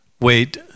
wait